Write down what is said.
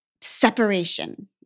separation